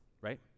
right